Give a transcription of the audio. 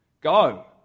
Go